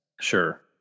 Sure